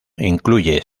incluye